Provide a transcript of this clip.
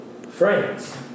friends